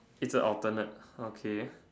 一直 alternate okay